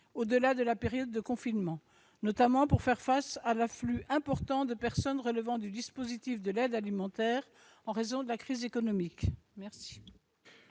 au-delà de la période de confinement, notamment pour faire face à l'afflux important de personnes relevant du dispositif de l'aide alimentaire en raison de la crise économique. La